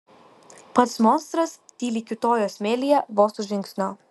pats monstras tyliai kiūtojo smėlyje vos už žingsnio